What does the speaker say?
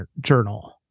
journal